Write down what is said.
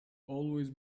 always